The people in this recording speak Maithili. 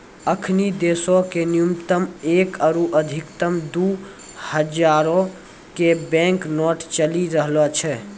अखनि देशो मे न्यूनतम एक आरु अधिकतम दु हजारो के बैंक नोट चलि रहलो छै